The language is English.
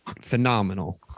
phenomenal